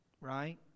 Right